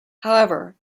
however